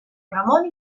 ramón